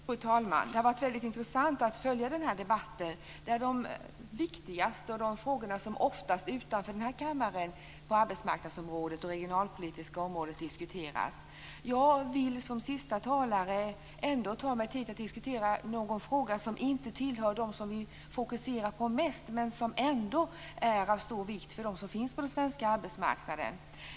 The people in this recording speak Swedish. Fru talman! Det har varit väldigt intressant att följa den här debatten, där de viktigaste frågorna på arbetsmarknadsområdet och det regionalpolitiska området har tagits upp som oftast diskuteras utanför kammaren. Jag vill som sista talare ta mig tid att diskutera en fråga som inte tillhör dem som vi fokuserar mest på men som ändå är av stor vikt för dem som finns på den svenska arbetsmarknaden.